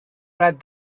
read